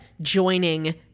joining